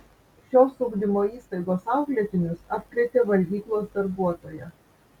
šios ugdymo įstaigos auklėtinius apkrėtė valgyklos darbuotoja